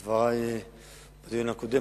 בשונה מדברי בדיון הקודם,